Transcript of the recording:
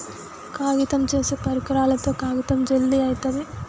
కాగితం చేసే పరికరాలతో కాగితం జల్ది అయితది